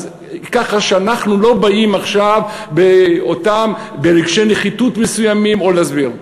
אז ככה שאנחנו לא באים עכשיו ברגשי נחיתות מסוימים או להסביר.